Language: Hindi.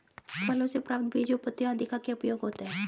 फसलों से प्राप्त बीजों पत्तियों आदि का क्या उपयोग होता है?